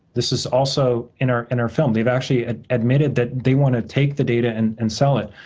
this is also in our in our film. they've actually admitted that they want to take the data and and sell it.